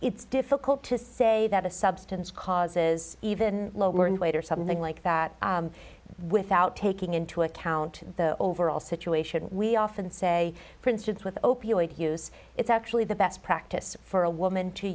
it's difficult to say that a substance causes even lower and later something like that without taking into account the overall situation we often say for instance with opioid use it's actually the best practice for a woman to